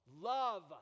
Love